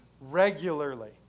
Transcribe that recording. regularly